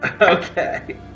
Okay